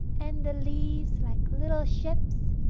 and the leaves, like little ships,